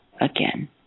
again